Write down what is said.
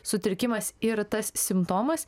sutrikimas ir tas simptomas